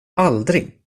aldrig